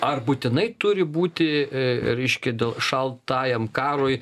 ar būtinai turi būti reiškia dėl šaltajam karui